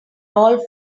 all